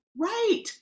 Right